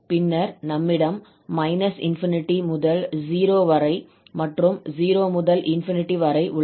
பின்னர் நம்மிடம் ∞ முதல் 0 வரை மற்றும் 0 முதல் ∞ வரை உள்ளன